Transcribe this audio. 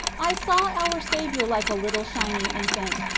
i saw our saviour like a little shining infant,